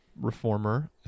reformer